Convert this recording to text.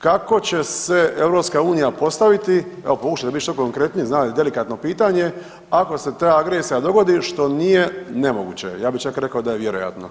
Kako će se EU postaviti, evo pokušajte biti što konkretniji, znam da je delikatno pitanje, ako se ta agresija dogodi, što nije nemoguće, ja bi čak rekao da je vjerojatno.